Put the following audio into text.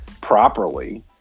properly